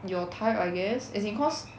your type I guess as in cause